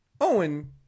Owen